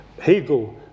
Hegel